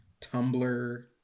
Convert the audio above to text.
Tumblr